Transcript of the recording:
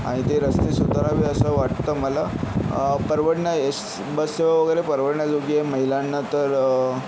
आणि ते रस्ते सुधारावे असं वाटतं मला परवडणा एस बस सेवा वगैरे परवडणाजोगी आहे महिलांना तर